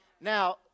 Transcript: now